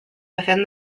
within